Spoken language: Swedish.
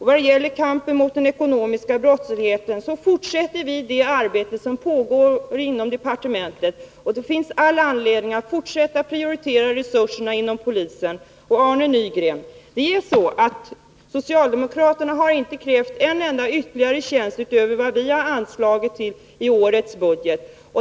I vad det gäller kampen mot den ekonomiska brottsligheten fortsätter vi det arbete som pågår inom departementet. Det finns all anledning att fortsätta att prioritera resurserna inom polisen. Det är så, Arne Nygren, att socialdemokraterna inte har krävt en enda Nr 147 ytterligare tjänst utöver vad som har anslagits i årets budget.